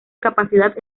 capacidad